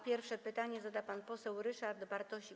Pierwsze pytanie zada pan poseł Ryszard Bartosik.